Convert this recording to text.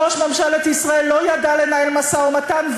ראש ממשלת ישראל לא ידע לנהל משא-ומתן.